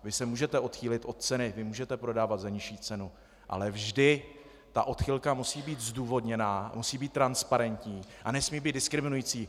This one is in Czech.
Vy se můžete odchýlit od ceny, vy můžete prodávat za nižší cenu, ale vždy ta odchylka musí být zdůvodněná, musí být transparentní a nesmí být diskriminující.